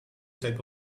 type